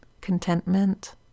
contentment